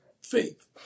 faith